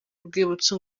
rwibutso